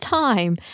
time